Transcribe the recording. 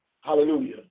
Hallelujah